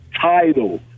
title